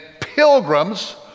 pilgrims